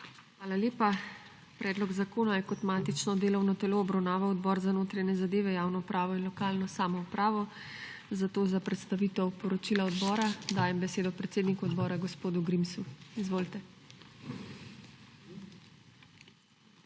Hvala lepa. Predlog zakona je kot matično delovno telo obravnaval Odbor za notranje zadeve, javno upravo in lokalno samoupravo. Zato za predstavitev poročila odbora dajem besedo predsedniku odbora gospodu Grimsu. Izvolite.